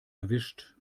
erwischt